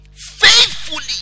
faithfully